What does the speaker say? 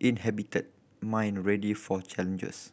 inhibited mind ready for challenges